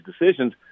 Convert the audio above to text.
decisions